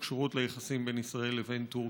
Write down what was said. שקשורות ליחסים בין ישראל לבין טורקיה.